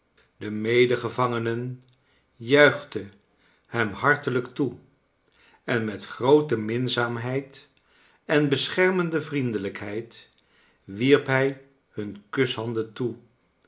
de medegevangenen juichten hem hartelijk toe en met groote minzaamheid en beschermende vriendelijkheid wierp hij hun kushanden toe